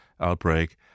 outbreak